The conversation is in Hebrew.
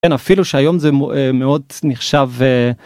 אפילו שהיום זה מאוד נחשב.